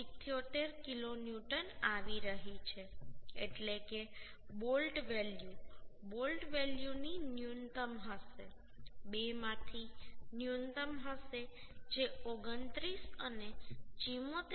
78 kilonewton આવી રહી છે એટલે કે બોલ્ટ વેલ્યુ બોલ્ટ વેલ્યુની ન્યૂનતમ હશે બે માંથી ન્યૂનતમ હશે જે 29 અને 74